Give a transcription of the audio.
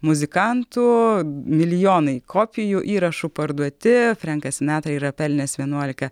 muzikantų milijonai kopijų įrašų parduoti frenkas sinatra yra pelnęs vienuolika